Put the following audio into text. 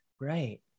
Right